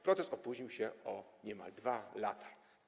Proces opóźnił się o niemal 2 lata.